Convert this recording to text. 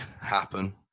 happen